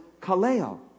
kaleo